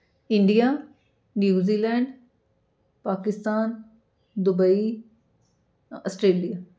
India New Zealand Pakistan Dubai ਅ Australia